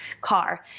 car